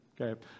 Okay